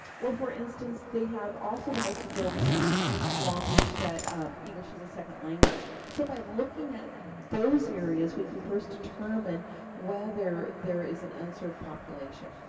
or for instance, they have also the most adults in long beach that english is a second language. so by looking at those areas we can first determine whether there is an unserved population.